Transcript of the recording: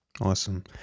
Awesome